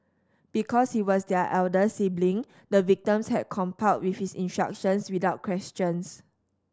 because he was their elder sibling the victims had complied with his instructions without questions